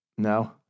No